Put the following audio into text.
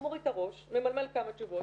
הוא מוריד את הראש, ממלמל כמה תשובות.